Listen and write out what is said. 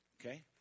okay